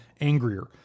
angrier